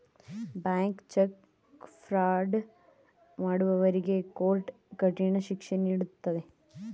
bank cheque fraud ಮಾಡುವವರಿಗೆ court ಕಠಿಣ ಶಿಕ್ಷೆ ನೀಡುತ್ತದೆ